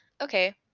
okay